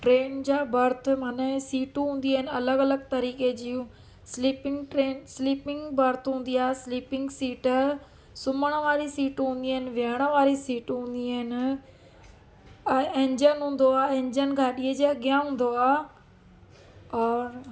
train जा berth माने सीटूं हूंदी आहिनि अलॻि अलॻि तरीक़े जूं स्लिपिंग ट्रेन स्लिपिंग बर्थ हूंदी आहे स्लिपिंग सीट सुम्हणु वारी सीटूं हूंदी आहिनि विहण वारी सीटूं हूंंदी आहिनि ऐं इंजन हूंदो आहे इंजन गाॾीअ जे अॻियां हूंदो आहे और